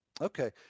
Okay